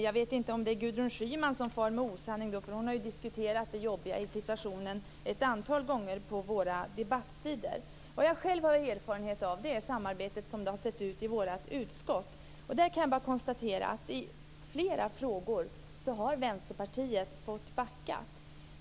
Jag vet inte om det är Gudrun Schyman som far med osanning, eftersom hon har diskuterat det jobbiga i situationen ett antal gånger på våra debattsidor. Vad jag själv har erfarenhet av är samarbetet som det har sett ut i vårt utskott. Där kan jag bara konstatera att Vänsterpartiet i flera frågor har fått backa.